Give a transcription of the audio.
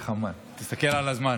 תסתכל על הזמן.